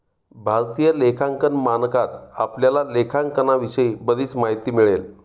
भारतीय लेखांकन मानकात आपल्याला लेखांकनाविषयी बरीच माहिती मिळेल